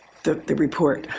the the report.